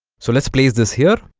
so let's place this here